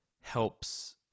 helps